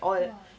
!wah!